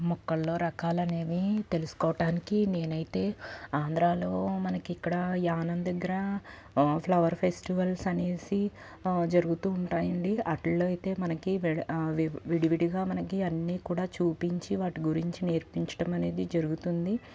మొక్కల్లో రకాలు అనేవి తెలుసుకోవటానికి నేనైతే ఆంధ్రలో మనకి ఇక్కడ యానం దగ్గర ఫ్లవర్ ఫెస్టివల్స్ అని జరుగుతు ఉంటాయండి వాటిల్లో అయితే మనకి విడ విడివిడిగా కూడా మనకి అన్ని చూపించి వాటి గురించి నేర్పించడం అనేది జరుగుతుంది